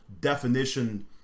definition